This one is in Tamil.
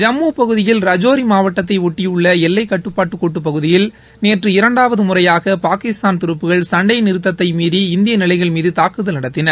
ஜம்மு பகுதியில் ரஜோரி மாவட்டத்தை ஒட்டியுள்ள எல்லைக் கட்டுப்பாட்டு கோட்டுப்பகுதியில் நேற்று இரண்டாவது முறையாக பாகிஸ்தான் துருப்புக்கள் சண்டை நிறத்தத்தை மீறி இந்திய நிலைகள் மீது தாக்குதல் நடத்தின